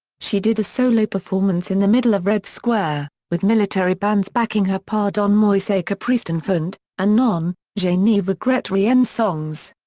she did a solo performance in the middle of red square, with military bands backing her pardonne-moi ce caprice d'enfant, and non, je ne regrette rien and songs.